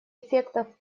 эффектов